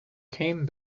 came